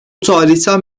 tarihten